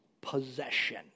possession